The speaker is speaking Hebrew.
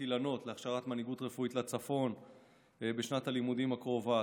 אילנות להכשרת מנהיגות רפואית לצפון בשנת הלימודים הקרובה,